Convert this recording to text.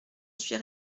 suis